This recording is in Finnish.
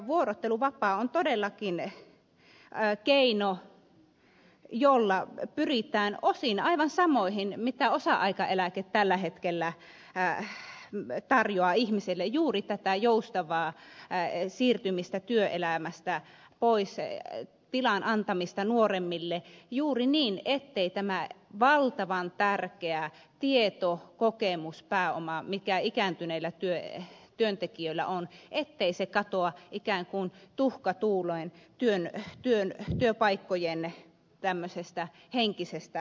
vuorotteluvapaa on todellakin keino jolla pyritään osin aivan samaan mitä osa aikaeläke tällä hetkellä tarjoaa ihmiselle juuri tähän joustavaan siirtymiseen työelämästä pois tilan antamiseen nuoremmille juuri niin ettei tämä valtavan tärkeä tieto kokemuspääoma mikä ikääntyneillä työntekijöillä on katoa ikään kuin tuhka tuuleen työpaikkojen henkisestä varannosta